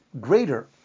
greater